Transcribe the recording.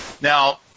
Now